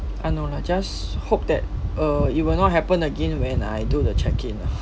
ah no lah just hope that uh it will not happen again when I do the check in lah